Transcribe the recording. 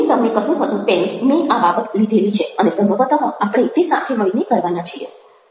મેં તમને કહ્યું હતું તેમ મેં આ બાબત લીધેલી છે અને સંભવતઃ આપણે તે સાથે મળીને કરવાના છીએ